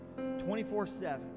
24-7